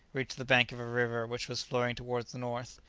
reached the bank of a river which was flowing towards the north.